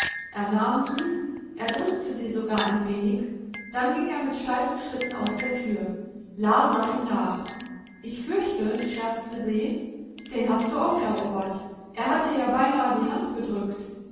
er nahm sie er drückte sie sogar ein wenig dann ging er mit steifen schritten aus der tür la sah ihm nach ich fürchte scherzte se den hast du auch erobert er hat dir ja beinahe die hand gedrückt